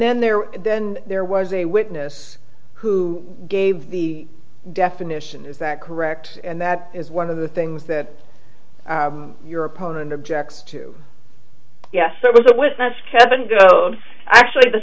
then there then there was a witness who gave the definition is that correct and that is one of the things that your opponent objects to yes it was a witness cabin actually the